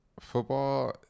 Football